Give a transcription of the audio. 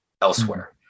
elsewhere